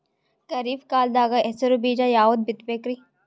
ಖರೀಪ್ ಕಾಲದಾಗ ಹೆಸರು ಬೀಜ ಯಾವದು ಬಿತ್ ಬೇಕರಿ?